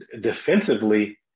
defensively